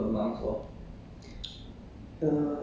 is peaceful very good experience lah